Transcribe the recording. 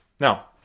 Now